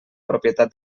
propietat